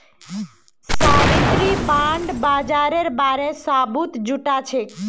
Savitri bond बाजारेर बारे सबूत जुटाछेक